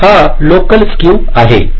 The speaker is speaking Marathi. तर हा लोकल स्केव आहे